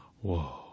Whoa